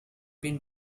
been